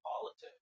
politics